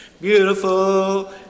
Beautiful